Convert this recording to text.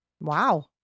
Wow